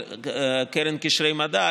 על קרן קשרי מדע,